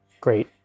great